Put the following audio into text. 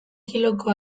kiloko